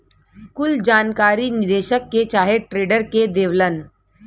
कुल जानकारी निदेशक के चाहे ट्रेडर के देवलन